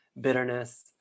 bitterness